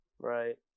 Right